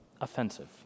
offensive